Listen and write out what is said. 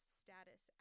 status